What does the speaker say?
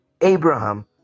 Abraham